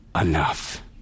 enough